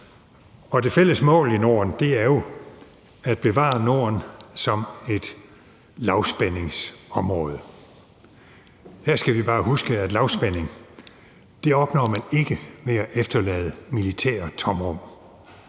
og det fælles mål i Norden er jo at bevare Norden som et lavspændingsområde. Her skal vi bare huske, at lavspænding opnår man ikke ved at efterlade militære tomrum.